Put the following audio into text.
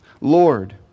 Lord